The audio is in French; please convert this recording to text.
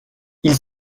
ils